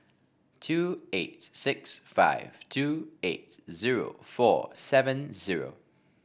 two eight six five two eight zero four seven zero